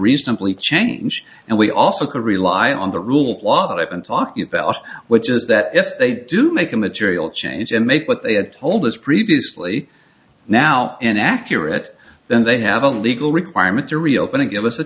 reasonably change and we also can rely on the rule of law i've been talking about which is that if they do make a material change and make what they had told us previously now inaccurate then they have a legal requirement to reopen it give us a